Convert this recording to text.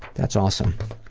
that's awesome.